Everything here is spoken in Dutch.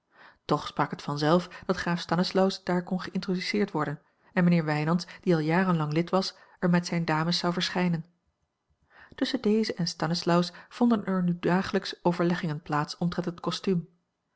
toch sprak het vanzelf dat graaf stanislaus daar kon geïntroduceerd worden en mijnheer wijnands die al jarenlang lid was er met zijne dames zou verschijnen tusschen dezen en stanislaus vonden er nu dagelijks overleggingen plaats omtrent het kostuum